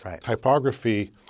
Typography